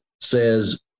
says